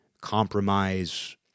compromise